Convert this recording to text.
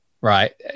Right